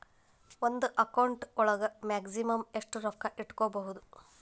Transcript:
ಒಂದು ಅಕೌಂಟ್ ಒಳಗ ಮ್ಯಾಕ್ಸಿಮಮ್ ಎಷ್ಟು ರೊಕ್ಕ ಇಟ್ಕೋಬಹುದು?